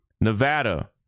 Nevada